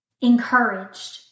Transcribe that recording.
encouraged